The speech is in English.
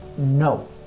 No